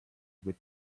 with